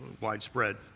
widespread